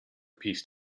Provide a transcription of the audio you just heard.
piece